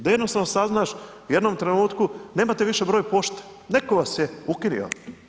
Da jednostavno saznaš u jednom trenutku, nemate više broj pošte, netko vas je ukinuo.